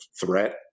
threat